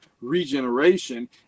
regeneration